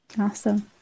Awesome